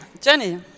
Jenny